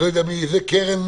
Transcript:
קרן